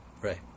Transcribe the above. right